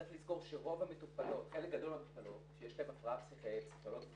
צריך לזכור שחלק גדול מהמטופלות שיש להן הפרעה פסיכולוגית או